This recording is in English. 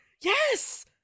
Yes